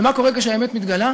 ומה קורה כשהאמת מתגלה?